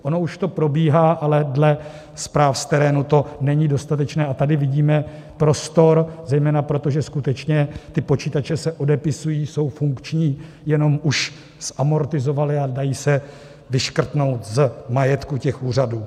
Ono už to probíhá, ale dle zpráv z terénu to není dostatečné, a tady vidíme prostor zejména pro to, že skutečně ty počítače se odepisují, jsou funkční, jenom už zamortizovaly a dají se vyškrtnout z majetku těch úřadů.